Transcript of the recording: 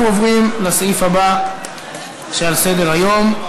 אנחנו עוברים לסעיף הבא שעל סדר-היום: